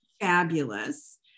fabulous